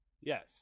Yes